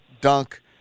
dunk